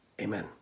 Amen